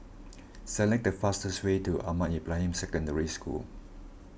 select the fastest way to Ahmad Ibrahim Secondary School